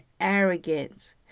arrogance